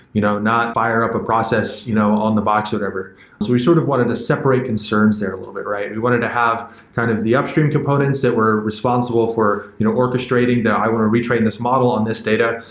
you know not fire up a process you know on the, but whatever. so we sort of wanted to separate concerns there a little bit, right? we wanted to have kind of the upstream components that were responsible for you know orchestrating that i want to retain this model on this data.